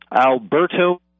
Alberto